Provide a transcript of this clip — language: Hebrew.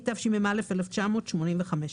התשמ"ה-1985.